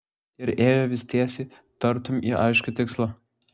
ir ėjo vis tiesiai tartum į aiškų tikslą